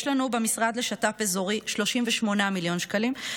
יש לנו במשרד לשת"פ אזורי 38 מיליון שקלים,